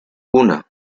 uno